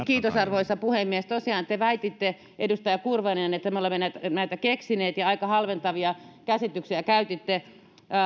kiitos arvoisa puhemies tosiaan te väititte edustaja kurvinen että me olemme näitä keksineet ja aika halventavia käsityksiä käytitte